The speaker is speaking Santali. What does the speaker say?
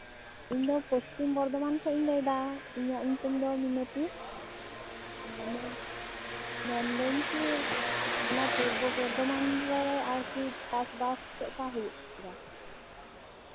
ᱤᱧ ᱫᱚ ᱯᱚᱥᱪᱤᱢ ᱵᱚᱨᱫᱷᱚᱢᱟᱱ ᱠᱷᱚᱱᱤᱧ ᱞᱟᱹᱭᱫᱟ ᱤᱧᱟᱹᱜ ᱧᱩᱛᱩᱢ ᱫᱚ ᱢᱤᱱᱚᱛᱤ ᱚ ᱢᱮᱱᱫᱟᱹᱧ ᱪᱮᱫ ᱚᱱᱟ ᱯᱩᱨᱵᱚ ᱵᱚᱨᱫᱷᱚᱢᱟᱱ ᱨᱮ ᱟᱨ ᱠᱤ ᱪᱟᱥᱼᱵᱟᱥ ᱪᱮᱫᱠᱟ ᱦᱩᱭᱩᱜ ᱠᱟᱱᱟ